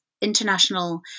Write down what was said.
international